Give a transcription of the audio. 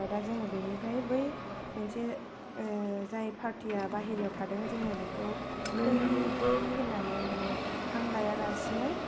आमफ्राय दा जोङो बिनिफ्राय बै मोनसे जाय फारथिया बायह्रायाव थादों जोङो बेखौ खै होननानै माने हां लायालासेनो